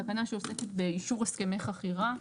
תקנה שעוסקת באישור הסכמי חכירה.